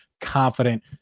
confident